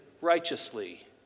righteously